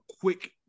quick